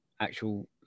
Actual